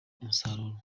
umusaruro